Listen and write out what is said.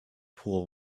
pool